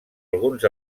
alguns